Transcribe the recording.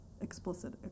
explicit